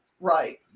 Right